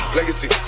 Legacy